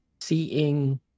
seeing